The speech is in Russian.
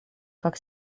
как